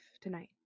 tonight